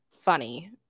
funny